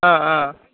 ஆ ஆ